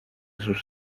sus